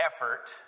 effort